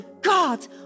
God